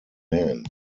men